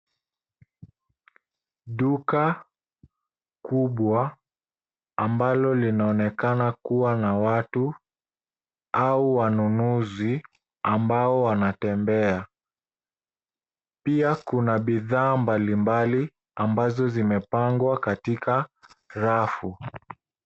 Duka kubwa ambalo linaonekana kuwa na watu au wanunuzi ambao wanatembea. Pia kuna bishaa mbalimbali ambazo zimepangwa katika rafu.